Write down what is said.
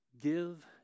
Give